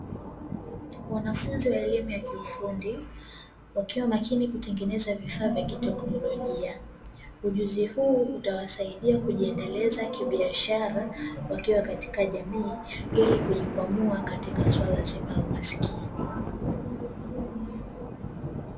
Wanafunzi wa elimu ya kiufundi wakiwa makini kutengneza vifaa vya kiteknolojia ujuzi huu utawasaidia kujiendeleza kibiashara wakiwa katika jamii ili kujikwamuwa katika swala zima la umasikini.